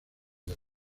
del